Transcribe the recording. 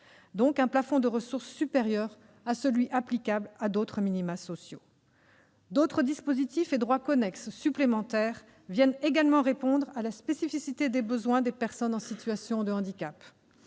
Enfin, le plafond de ressources prévu est supérieur à celui applicable à d'autres minima sociaux. D'autres dispositifs et droits connexes supplémentaires viennent également répondre à la spécificité des besoins des personnes en situation de handicap.